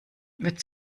wird